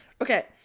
Okay